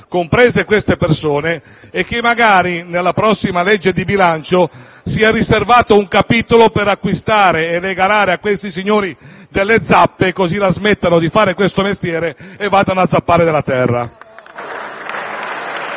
comprese queste persone e che, magari, nella prossima legge di bilancio, sia riservato un capitolo per acquistare e regalare a questi signori delle zappe, così la smetteranno di fare questo mestiere e andranno a zappare la terra.